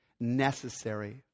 necessary